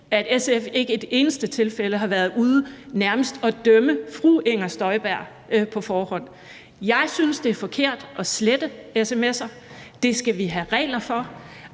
at SF ikke i et eneste tilfælde har været ude og nærmest dømme fru Inger Støjberg på forhånd. Jeg synes, det er forkert at slette sms'er, og det skal vi have regler for,